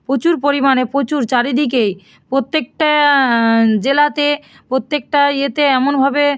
প্রচুর পরিমাণে প্রচুর চারিদিকেই প্রত্যেকটা জেলাতে প্রত্যেকটা ইয়েতে এমনভাবে